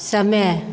समय